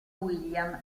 william